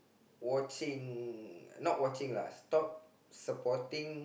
watching not watching lah stop supporting